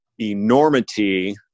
enormity